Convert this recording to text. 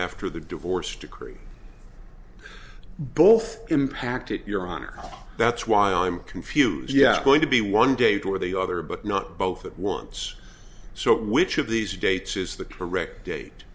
after the divorce decree both impacted your honor that's why i'm confused yes going to be one date or the other but not both at once so which of these dates is the correct date